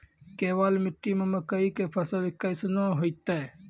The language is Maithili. केवाल मिट्टी मे मकई के फ़सल कैसनौ होईतै?